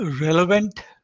relevant